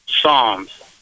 psalms